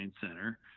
Center